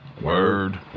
Word